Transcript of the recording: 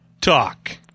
talk